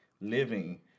living